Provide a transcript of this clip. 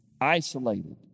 isolated